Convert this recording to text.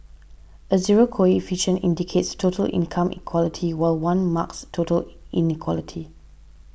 a zero coefficient indicates total income equality while one marks total inequality